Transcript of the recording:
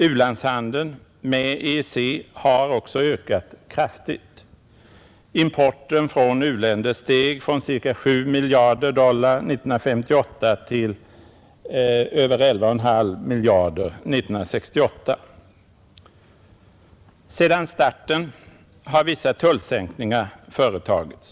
U-landshandeln med EEC har också ökat kraftigt. Importen från u-länder steg från ca 7 miljarder dollar 1958 till över 11,5 miljarder dollar 1968. Sedan starten har vissa tullsänkningar företagits.